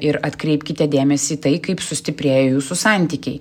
ir atkreipkite dėmesį į tai kaip sustiprėjo jūsų santykiai